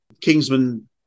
Kingsman